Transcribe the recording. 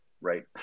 right